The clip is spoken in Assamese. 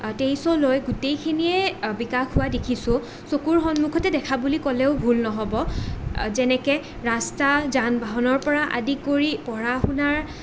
তেইছলৈ গোটেইখিনিয়েই বিকাশ হোৱা দেখিছোঁ চকুৰ সন্মুখতে দেখা বুলি ক'লেও ভুল নহ'ব যেনেকৈ ৰাস্তা যান বাহনৰ পৰা আদি কৰি পঢ়া শুনাৰ